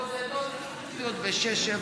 יש בודדות --- ב-6%,